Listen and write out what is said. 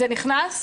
זה נכנס?